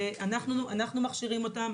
אנחנו מכשירים אותן,